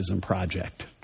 Project